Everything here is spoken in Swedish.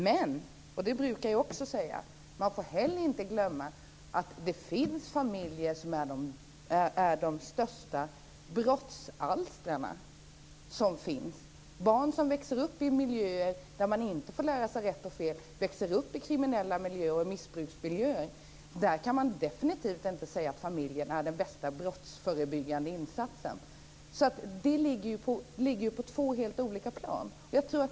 Men man får heller inte glömma - och det brukar jag också säga - att det finns familjer som är de största brottsalstrarna. För de barn som växer upp i miljöer där de inte får lära sig rätt och fel, i kriminella miljöer och i missbruksmiljöer kan man definitivt inte säga att familjen är den bästa brottsförebyggande insatsen. Det ligger på två helt olika plan.